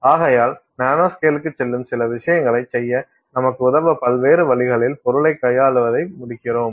ஆகையால் நானோஸ்கேலுக்குச் செல்லும் சில விஷயங்களைச் செய்ய நமக்கு உதவ பல்வேறு வழிகளில் பொருளைக் கையாளுவதை முடிக்கிறோம்